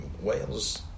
Wales